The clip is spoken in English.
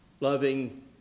Loving